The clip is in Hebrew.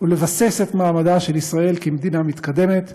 ולבסס את מעמדה של ישראל כמדינה מתקדמת ומשגשגת.